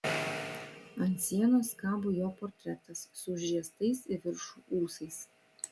ant sienos kabo jo portretas su užriestais į viršų ūsais